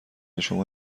شما